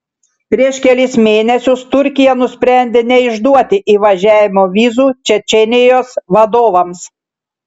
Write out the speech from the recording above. prieš kelis mėnesius turkija nusprendė neišduoti įvažiavimo vizų čečėnijos vadovams